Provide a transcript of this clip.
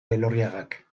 elorriagak